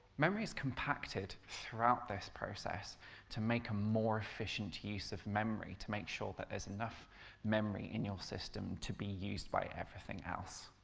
memory is compacted throughout this process to make a more efficient use of memory, to make sure but there's enough memory in your system to be used by everything else.